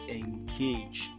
engage